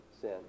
sin